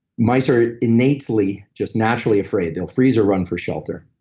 mice are innately just naturally afraid. they'll freeze or run for shelter.